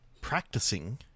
Practicing